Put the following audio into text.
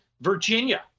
Virginia